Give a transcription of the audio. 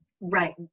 Right